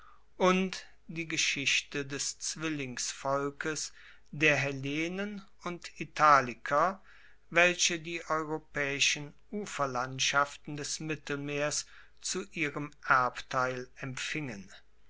und die geschichte des zwillingsvolkes der hellenen und der italiker welche die europaeischen uferlandschaften des mittelmeers zu ihrem erbteil empfingen